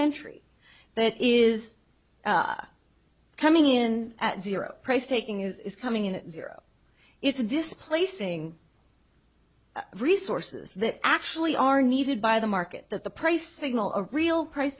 entry that is coming in at zero price taking is coming in at zero it's displacing resources that actually are needed by the market that the price signal a real price